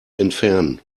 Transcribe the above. entfernen